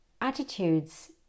Attitudes